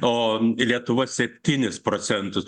o lietuva septynis procentus